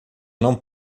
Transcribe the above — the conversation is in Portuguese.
não